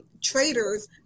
traders